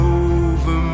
over